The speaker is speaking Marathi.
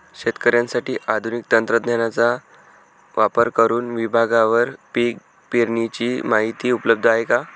शेतकऱ्यांसाठी आधुनिक तंत्रज्ञानाचा वापर करुन विभागवार पीक पेरणीची माहिती उपलब्ध आहे का?